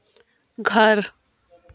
घर